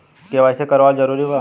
KYC करवावल जरूरी बा?